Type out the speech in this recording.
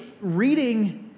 reading